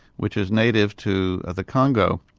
which is native to the congo,